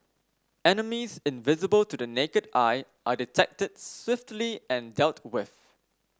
enemies invisible to the naked eye are detected swiftly and dealt with